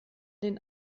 den